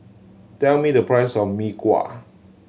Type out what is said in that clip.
tell me the price of Mee Kuah